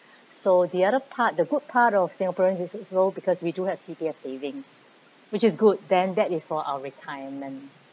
so the other part the good part of singaporean this is old because we do have C_P_F savings which is good then that is for our retirement